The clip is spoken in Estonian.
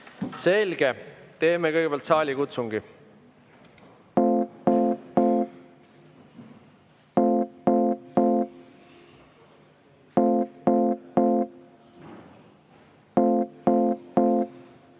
Selge. Teeme kõigepealt saalikutsungi. Rahu,